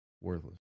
Worthless